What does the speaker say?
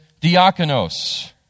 diakonos